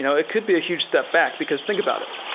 you know it could be a huge step back, because think about it.